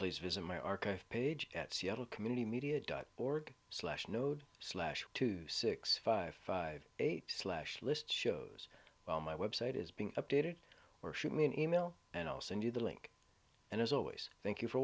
please visit my archive page at seattle community media dot org slash node slash two six five five eight slash list shows well my website is being updated or shoot me an email and i'll send you the link and as always thank you for